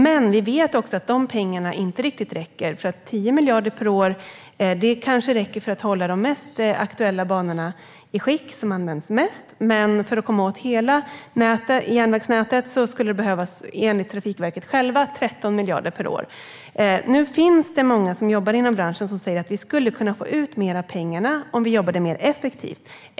Men vi vet också att de pengarna inte riktigt räcker. 10 miljarder per år kanske räcker för att hålla de banor som används mest i skick, men för att komma åt hela järnvägsnätet skulle det enligt Trafikverket behövas 13 miljarder per år. Nu finns många som jobbar inom branschen som säger att det går att få ut mer av pengarna om vi jobbar mer effektivt.